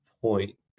point